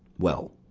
well,